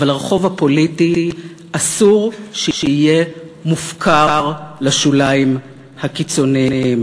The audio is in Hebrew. אבל הרחוב הפוליטי אסור שיהיה מופקר לשוליים הקיצוניים.